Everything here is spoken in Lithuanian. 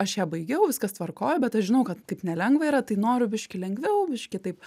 aš ją baigiau viskas tvarkoj bet aš žinau kad kaip nelengva yra tai noriu biškį lengviau biškį taip